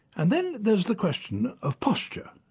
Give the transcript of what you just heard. and then there's the question of posture.